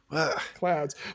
clouds